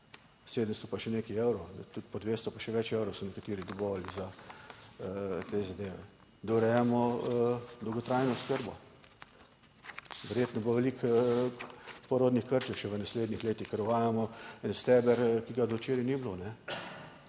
700 pa še nekaj evrov, tudi po 200 pa še več evrov so nekateri dobivali za te zadeve. Da urejamo dolgotrajno oskrbo. Verjetno bo veliko porodnih krčev še v naslednjih letih, ker uvajamo en steber, ki ga do včeraj ni bilo.